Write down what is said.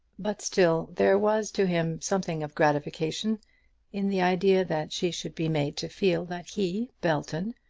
but still there was to him something of gratification in the idea that she should be made to feel that he, belton,